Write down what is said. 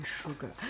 sugar